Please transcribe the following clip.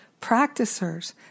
practicers